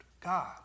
God